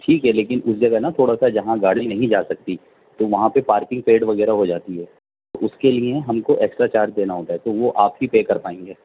ٹھیک ہے لیکن اس جگہ نا تھوڑا سا جہاں گاڑی نہیں جا سکتی تو وہاں پہ پارکنگ پیڈ وغیرہ ہو جاتی تو اس کے لیے ہم کو ایکسٹرا چارج دینا ہوتا ہے تو وہ آپ ہی پے کر پائیں گے